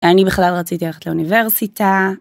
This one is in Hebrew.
ואני בכלל רציתי ללכת לאוניברסיטה.